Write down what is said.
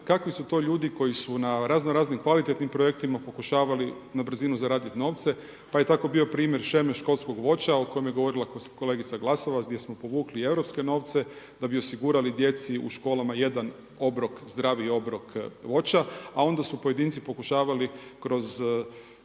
kakvi su to ljudi koji su na razno raznim kvalitetnim projektima pokušavali na brzinu zaradit novce. Pa je tako bio primjer sheme školskog voća o kojemu je govorila kolegica Glasovac, gdje smo povukli europske novce, da bi osigurali djeci u školama jedan obrok, zdravi obrok voća, a onda su pojedinci pokušavali kroz